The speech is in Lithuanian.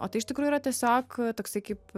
o tai iš tikrųjų yra tiesiog toksai kaip